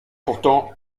pourtant